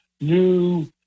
new